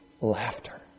laughter